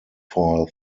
for